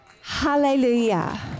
Hallelujah